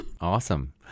Awesome